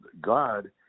God